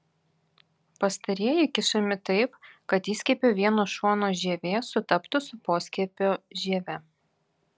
pastarieji kišami taip kad įskiepio vieno šono žievė sutaptų su poskiepio žieve